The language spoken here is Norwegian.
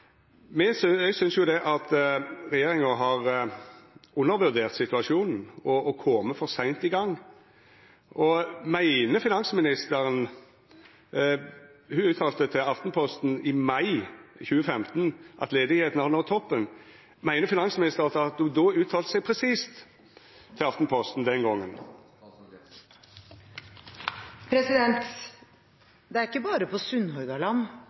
Eg synest at regjeringa har undervurdert situasjonen og kome for seint i gang. Finansministeren uttalte til Aftenposten i mai 2015 at arbeidsløysa hadde nådd toppen. Meiner finansministeren at ho uttalte seg presist til Aftenposten den gongen? Det er